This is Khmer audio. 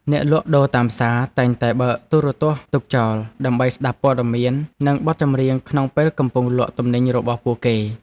អ្នកលក់ដូរតាមផ្សារតែងតែបើកទូរទស្សន៍ទុកចោល ដើម្បីស្តាប់ព័ត៌មាននិងបទចម្រៀងក្នុងពេលកំពុងលក់ទំនិញរបស់ពួកគេ។